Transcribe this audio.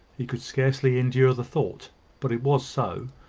he could scarcely endure the thought but it was so.